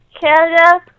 Canada